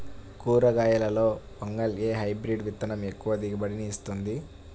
కూరగాయలలో వంగలో ఏ హైబ్రిడ్ విత్తనం ఎక్కువ దిగుబడిని ఇస్తుంది?